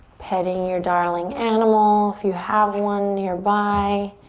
petting your darling animal if you have one nearby.